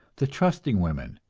the trusting women,